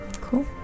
Cool